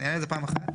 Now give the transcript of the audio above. נראה את זה פעם אחת,